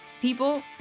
people